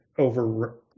Over